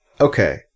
Okay